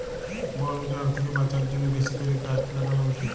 বল উজাড় থ্যাকে বাঁচার জ্যনহে বেশি ক্যরে গাহাচ ল্যাগালো উচিত